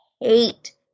hate